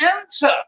answer